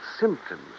symptoms